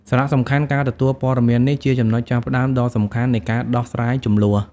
សារៈសំខាន់: ការទទួលព័ត៌មាននេះជាចំណុចចាប់ផ្តើមដ៏សំខាន់នៃការដោះស្រាយជម្លោះ។